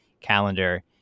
calendar